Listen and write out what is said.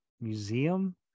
museum